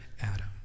Adam